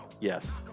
Yes